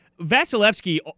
Vasilevsky